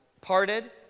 parted